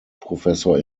professor